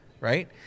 right